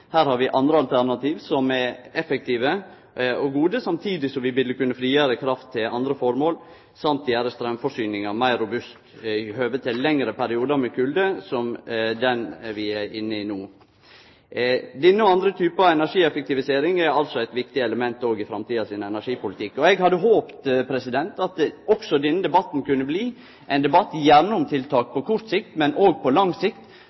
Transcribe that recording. Her har vi andre alternativ som er effektive og gode, samtidig som vi vil kunne frigjere kraft til andre formål samt gjere straumforsyninga meir robust i høve til lengre periodar med kulde, som den vi er inne i no. Denne og andre typar energieffektivisering er altså eit viktig element òg i framtidas energipolitikk. Eg hadde håpt at også denne debatten kunne bli ein debatt – gjerne om tiltak på kort sikt, men òg på lang sikt